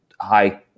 high